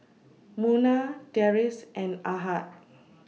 Munah Deris and Ahad